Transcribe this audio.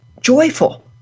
joyful